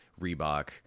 Reebok